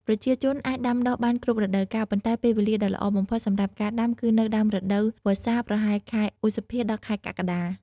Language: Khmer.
ប្រជាជនអាចដាំដុះបានគ្រប់រដូវកាល ប៉ុន្តែពេលវេលាដ៏ល្អបំផុតសម្រាប់ការដាំគឺនៅ ដើមរដូវវស្សា ប្រហែលខែឧសភា ដល់ខែកក្កដា។